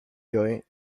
joe